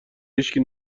هیشکی